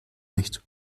nicht